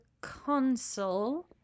console